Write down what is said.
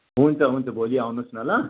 हुन्छ हुन्छ भोलि आउनुहोस् न ल